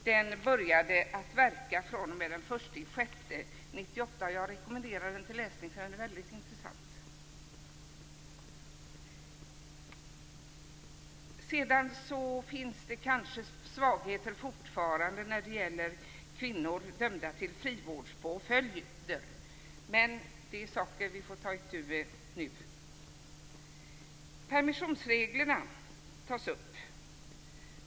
Den började gälla fr.o.m. den 1 juni 1998. Jag rekommenderar den till läsning, för den är mycket intressant. Det finns kanske fortfarande svagheter när det gäller kvinnor dömda till frivårdspåföljd. Men det är saker vi får ta itu med nu. Permissionsreglerna tas upp.